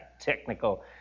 technical